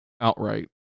outright